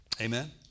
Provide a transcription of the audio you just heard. Amen